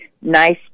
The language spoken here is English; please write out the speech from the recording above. nice